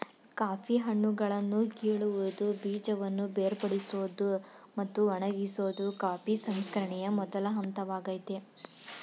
coffee ಹಣ್ಣುಗಳನ್ನು ಕೀಳುವುದು ಬೀಜವನ್ನು ಬೇರ್ಪಡಿಸೋದು ಮತ್ತು ಒಣಗಿಸೋದು ಕಾಫಿ ಸಂಸ್ಕರಣೆಯ ಮೊದಲ ಹಂತವಾಗಯ್ತೆ